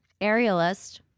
Aerialist